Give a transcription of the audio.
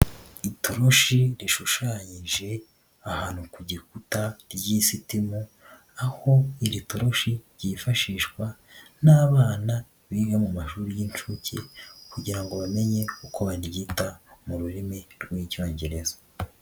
Itoroshi rishushanyije ahantu ku gikuta ry'isitemu, aho iri toroshi ryifashishwa n'abana biga mu mashuri y'inshuke, kugira ngo bamenye uko baryita mu rurimi rw'Icyongereza.